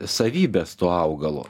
savybes to augalo